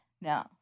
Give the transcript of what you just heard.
No